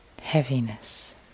heaviness